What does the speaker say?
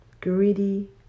Greedy